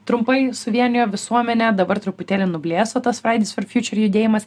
trumpai suvienijo visuomenę dabar truputėlį nublėso tas fraidis for fjūčer judėjimas